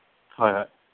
হয় হয়